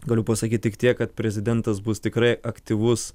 galiu pasakyt tik tiek kad prezidentas bus tikrai aktyvus